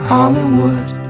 Hollywood